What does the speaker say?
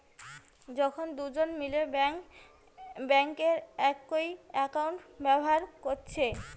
যখন দুজন মিলে বেঙ্কে একই একাউন্ট ব্যাভার কোরছে